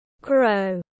grow